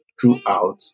throughout